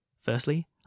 Firstly